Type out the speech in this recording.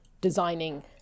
designing